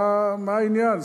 מה העניין?